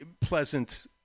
pleasant